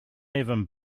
even